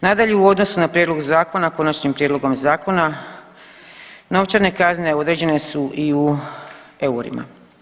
Nadalje, u odnosu na Prijedlog zakona, konačnim prijedlogom zakona novčane kazne određene su i u eurima.